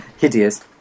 Hideous